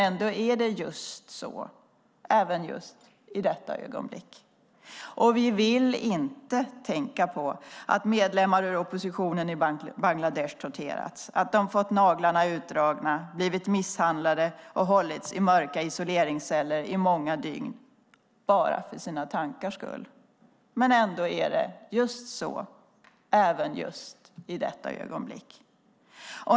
Ändå är det just så, även i detta ögonblick. Vi vill inte tänka på att medlemmar ur oppositionen i Bangladesh torterats, att de har fått naglarna utdragna, blivit misshandlade och hållits i mörka isoleringsceller i många dygn bara för sina tankars skull. Ändå är det just så, även i detta ögonblick.